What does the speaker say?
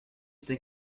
think